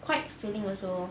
quite filling also